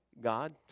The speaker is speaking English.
God